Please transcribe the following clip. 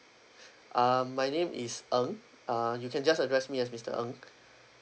um my name is ng uh you can just address me as mister ng